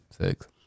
six